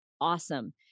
awesome